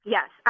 Yes